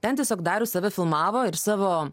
ten tiesiog daro save filmavo ir savo